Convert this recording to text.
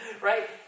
Right